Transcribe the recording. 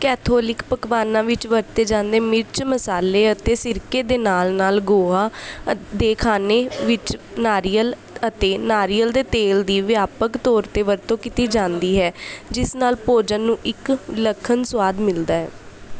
Catholic ਪਕਵਾਨਾਂ ਵਿੱਚ ਵਰਤੇ ਜਾਂਦੇ ਮਿਰਚ ਮਸਾਲੇ ਅਤੇ ਸਿਰਕੇ ਦੇ ਨਾਲ ਨਾਲ ਗੋਆ ਦੇ ਖਾਣੇ ਵਿੱਚ ਨਾਰੀਅਲ ਅਤੇ ਨਾਰੀਅਲ ਦੇ ਤੇਲ ਦੀ ਵਿਆਪਕ ਤੌਰ 'ਤੇ ਵਰਤੋਂ ਕੀਤੀ ਜਾਂਦੀ ਹੈ ਜਿਸ ਨਾਲ ਭੋਜਨ ਨੂੰ ਇੱਕ ਵਿਲੱਖਣ ਸੁਆਦ ਮਿਲਦਾ ਹੈ